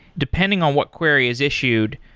depending on what query is issues,